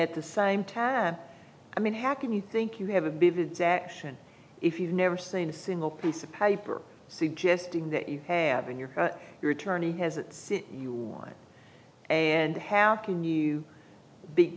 at the same tab i mean how can you think you have a big that if you've never seen a single piece of paper suggesting that you have in your gut your attorney has it you want and how can you be